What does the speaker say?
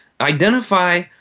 identify